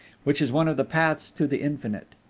which is one of the paths to the infinite.